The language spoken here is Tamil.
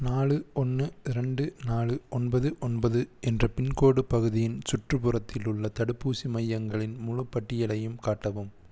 நாலு ஒன்று ரெண்டு நாலு ஒன்பது ஒன்பது என்ற பின்கோடு பகுதியின் சுற்றுப்புறத்தில் உள்ள தடுப்பூசி மையங்களின் முழுப் பட்டியலையும் காட்டவும்